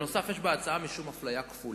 נוסף על כך, יש בהצעה משום אפליה כפולה,